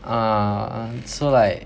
err so like